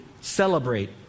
celebrate